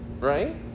right